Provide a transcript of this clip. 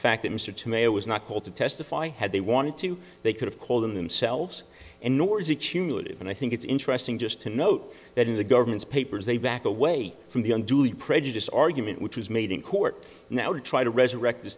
fact that mr tomato was not called to testify had they wanted to they could have called them themselves and nor is it cumulative and i think it's interesting just to note that in the government's papers they back away from the unduly prejudiced argument which was made in court now to try to resurrect this